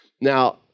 Now